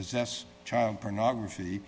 possess child pornography